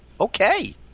Okay